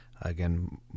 again